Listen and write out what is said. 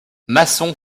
masson